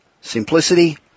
simplicity